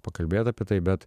pakalbėt apie tai bet